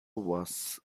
was